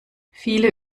viele